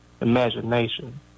imagination